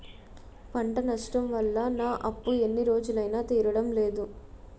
పంట నష్టం వల్ల నా అప్పు ఎన్ని రోజులైనా తీరడం లేదు